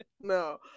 No